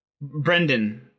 Brendan